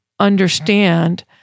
understand